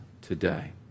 today